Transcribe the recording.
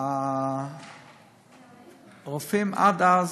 עד אז,